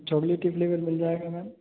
ma'am चॉकलेटी flavour मिल जाएगा मैम